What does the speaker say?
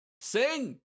Sing